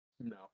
no